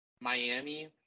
Miami